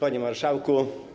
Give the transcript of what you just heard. Panie Marszałku!